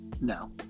No